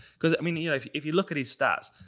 because, i mean, yeah if if you look at his stats,